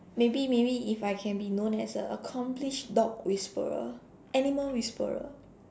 maybe maybe if I can be known as a accomplished dog whisperer animal whisperer